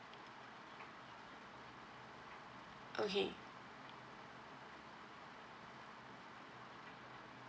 okay